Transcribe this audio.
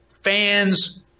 fans